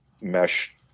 mesh